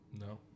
No